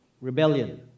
rebellion